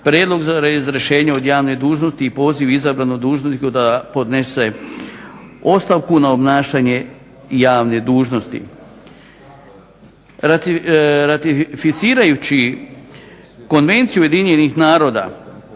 prijedlog za razrješenje od javne dužnosti i poziv izabranom dužnosniku da podnese ostavku na obnašanje javne dužnosti. Ratificirajući konvenciju Ujedinjenih naroda